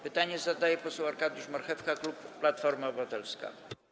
Pytanie zadaje poseł Arkadiusz Marchewka, klub Platforma Obywatelska.